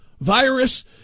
virus